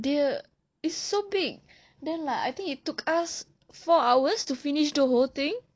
dia it's so big then I think it took us like four hours to finish the whole thing